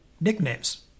nicknames